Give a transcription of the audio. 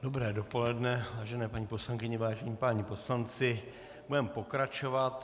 Dobré dopoledne, vážené paní poslankyně, vážení páni poslanci, budeme pokračovat.